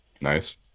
Nice